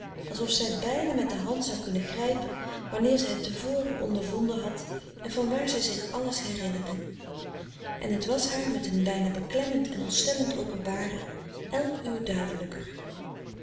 alsof zij bijna met de hand zou kunnen grijpen wanneer zij het te voren ondervonden had en van waar zij het zich alles herinnerde en het was haar met een bijna beklemmend en ontstellend openbaren elk uur duidelijker